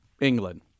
England